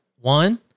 one